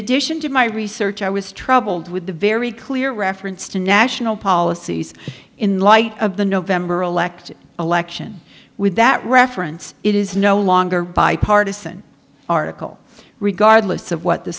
addition to my research i was troubled with a very clear reference to national policies in light of the november elect election with that reference it is no longer bipartisan article regardless of what the